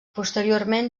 posteriorment